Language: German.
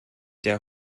der